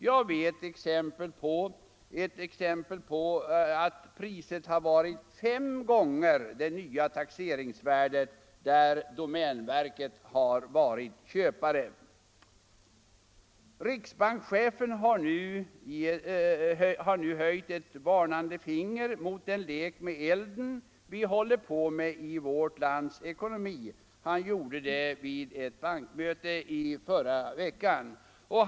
Jag har ett exempel på att priset varit fem gånger det nya taxeringsvärdet, där domänverket varit köpare. Riksbankschefen har nu höjt ett varnande finger mot den lek med elden som vi håller på med i vårt lands ekonomi — han gjorde det vid ett bankmöte i förra veckan.